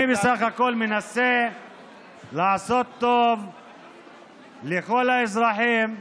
אני בסך הכול מנסה לעשות טוב לכל האזרחים,